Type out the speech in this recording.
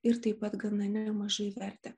ir taip pat gana nemažai vertė